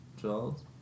Charles